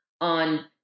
on